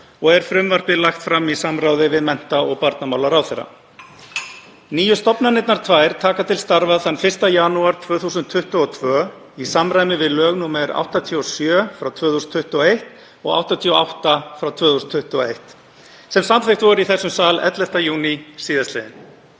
og er frumvarpið lagt fram í samráði við mennta- og barnamálaráðherra. Nýju stofnanirnar tvær taka til starfa þann 1. janúar 2022 í samræmi við lög nr. 87/2021 og nr. 88/2021, sem samþykkt voru í þessum sal 11. júní sl.